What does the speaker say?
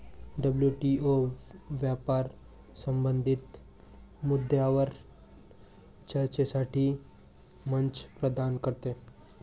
WTO व्यापार संबंधित मुद्द्यांवर चर्चेसाठी मंच प्रदान करते